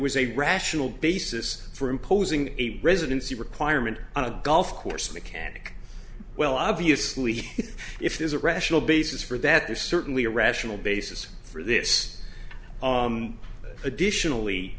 was a rational basis for imposing a residency requirement on a golf course mechanic well obviously if there's a rational basis for that there's certainly a rational basis for this additionally